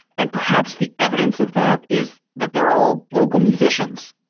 and perhaps the evidence of that is that they're all local musicians.